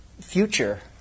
future